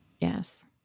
Yes